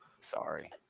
Sorry